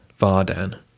Vardan